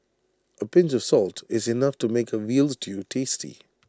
A pinch of salt is enough to make A Veal Stew tasty